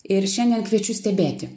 ir šiandien kviečiu stebėti